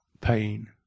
pain